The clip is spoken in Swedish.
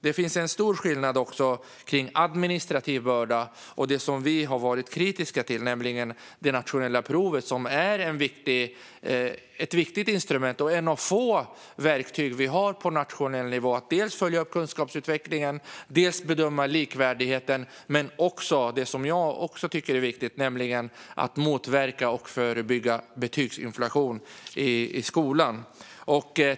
Det är en stor skillnad på administrativ börda och de nationella proven. De senare är ett viktigt instrument och ett av få verktyg på nationell nivå för att följa upp kunskapsutvecklingen, bedöma likvärdigheten och, inte minst, motverka och förebygga betygsinflation i skolan.